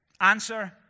Answer